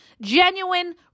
genuine